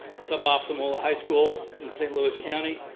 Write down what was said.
sub-optimal high school in st. louis county,